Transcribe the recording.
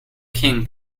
king